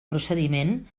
procediment